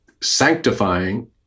sanctifying